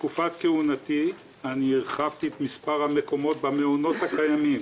בתקופת כהונתי הרחבתי את מספר המקומות במעונות הקיימים